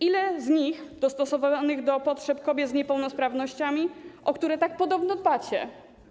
Ile z nich jest dostosowanych do potrzeb kobiet z niepełnosprawnościami, o które podobno tak dbacie?